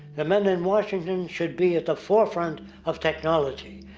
the men in washington should be at the forefront of technology.